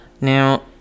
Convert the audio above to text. now